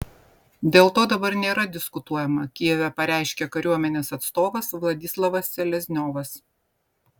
dėl to dabar nėra diskutuojama kijeve pareiškė kariuomenės atstovas vladislavas selezniovas